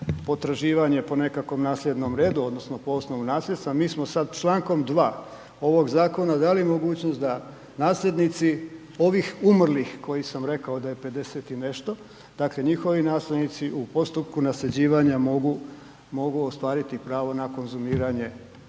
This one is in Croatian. potraživanje po nekakvom nasljednom redu odnosno po osnovu nasljedstva, mi smo sa člankom 2. ovog zakona dali mogućnost da nasljednici ovih umrlih koji sam rekao da je 50 i nešto, dakle njihovi nasljednici u postupku nasljeđivanja mogu ostvariti pravo na konzumiranje